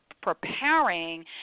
preparing